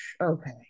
okay